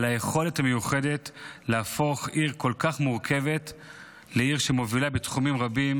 היכולת המיוחדת להפוך עיר כל כך מורכבת לעיר שמובילה בתחומים רבים,